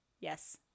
yes